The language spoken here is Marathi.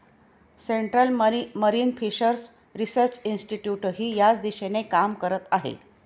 सेंट्रल मरीन फिशर्स रिसर्च इन्स्टिट्यूटही याच दिशेने काम करत आहे